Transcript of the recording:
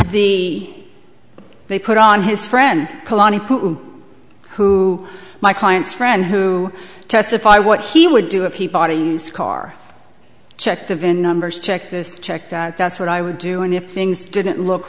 the they put on his friend who my clients friend who testify what he would do if he bought a used car checked the vin numbers checked this checked that's what i would do and if things didn't look